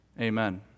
Amen